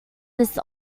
this